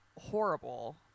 horrible